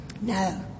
No